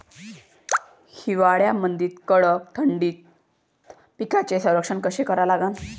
हिवाळ्यामंदी कडक थंडीत पिकाचे संरक्षण कसे करा लागन?